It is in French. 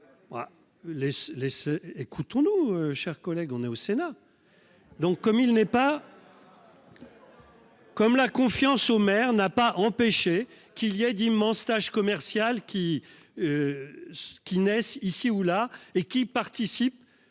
écoutons-nous, chers collègues, on est au Sénat. Donc comme il n'est pas. Comme la confiance au maire n'a pas empêché qu'il y a d'immenses tâches commerciales qui. Se qui naissent ici ou là et qui participe.